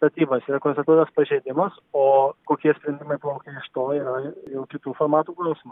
statybas yra konstatuotas pažeidimas o kokie sprendimai plaukia iš to yra jau kitų formatų klausimu